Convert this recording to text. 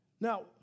Now